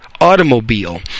automobile